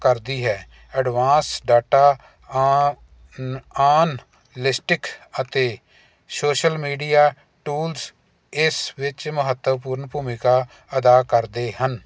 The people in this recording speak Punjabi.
ਕਰਦੀ ਹੈ advanced data analytics ਅਤੇ ਸੋਸ਼ਲ ਮੀਡੀਆ ਟੂਲਸ ਇਸ ਵਿੱਚ ਮਹੱਤਵਪੂਰਨ ਭੂਮਿਕਾ ਅਦਾ ਕਰਦੇ ਹਨ